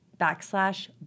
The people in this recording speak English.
backslash